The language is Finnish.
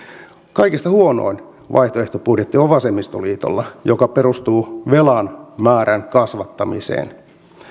kaikista huonoin vaihtoehtobudjetti on vasemmistoliitolla se perustuu velan määrän kasvattamiseen